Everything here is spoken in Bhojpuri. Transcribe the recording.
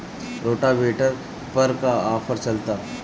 रोटावेटर पर का आफर चलता?